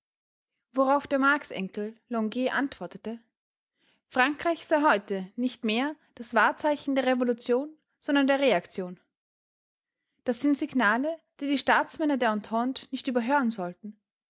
worauf der marx-enkel longuet antwortete frankreich sei heute nicht mehr das wahrzeichen der revolution sondern der reaktion das sind signale die die staatsmänner der entente nicht überhören sollten